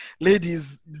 Ladies